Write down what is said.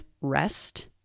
rest